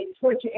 torture